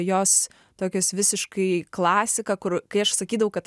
jos tokios visiškai klasika kur kai aš sakydavau kad